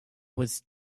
was